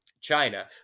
China